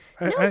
No